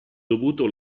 dovuto